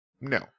No